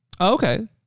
Okay